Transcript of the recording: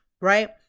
right